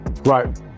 right